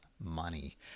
money